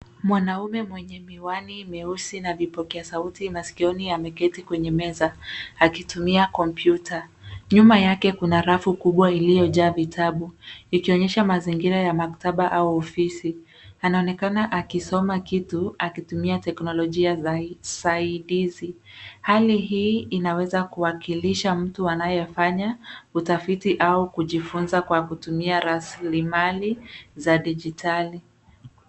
Mwanaume mwenye miwani meusi na vipokea sauti masikioni ameketi kwenye meza akitumia kompyuta. Nyuma yake kuna rafu kubwa iliyojaa vitabu ikionyesha mazingira ya maktaba au ofisi. Anaonekana akisoma kitu akitumia teknolojia saidizi. Hali hii inaweza kuwakilisha mtu anayefanya utafiti au kujifunza kwa kutumia rasilimali za dijitali.